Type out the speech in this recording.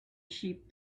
sheep